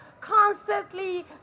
constantly